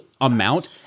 amount